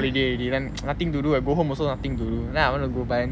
holiday already then nothing to do at go home also nothing to do then I want to go buy